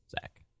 Zach